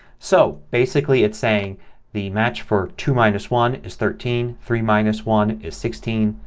so basically it's saying the match for two minus one is thirteen. three minus one is sixteen.